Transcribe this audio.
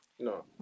No